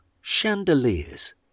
Chandeliers